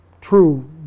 true